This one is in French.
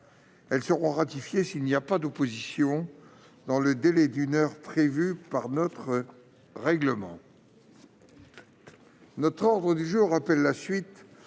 Elles seront ratifiées s'il n'y a pas d'opposition dans le délai d'une heure prévu par notre règlement. L'ordre du jour appelle la suite